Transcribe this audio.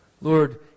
Lord